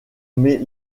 met